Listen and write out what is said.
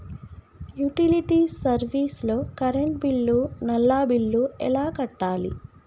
Utility service లో current bill, నల్లా bill ఎలా కట్టాలి?